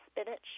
spinach